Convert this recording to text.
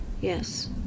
Yes